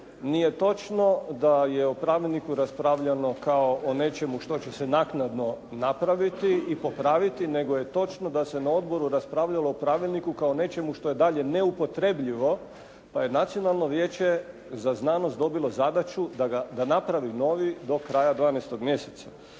Nije točno da je o pravilniku raspravljano kao o nečemu što će se naknadno napraviti i popraviti nego je točno da se na odboru raspravljalo o pravilniku kao nečemu što je dalje neupotrebljivo pa je Nacionalno vijeće za znanost dobilo zadaću da napravi novi do kraja 12. mjeseca.